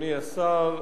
אדוני השר,